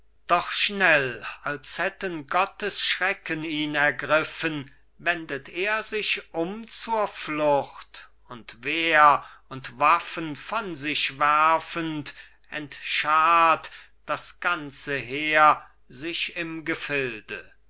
doch schnell als hätten gottes schrecken ihn ergriffen wendet er sich um zur flucht und wehr und waffen von sich werfend entschart das ganze heer sich im gefilde